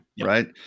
Right